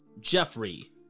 Jeffrey